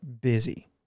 busy